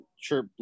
sure